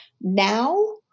Now